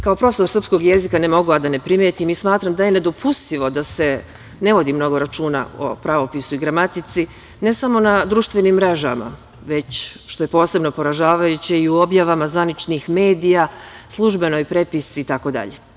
Kao profesor srpskog jezika ne mogu a da ne primetim i smatram da je nedopustivo da se ne vodi mnogo računa o pravopisu i gramatici ne samo na društvenim mrežama, već što je posebno poražavajuće, i u objavama zvaničnih medija, službenoj prepisci itd.